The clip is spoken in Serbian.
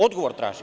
Odgovor tražim.